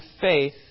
faith